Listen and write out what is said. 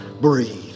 Breathe